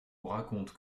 raconte